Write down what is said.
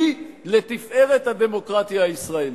היא לתפארת הדמוקרטיה הישראלית.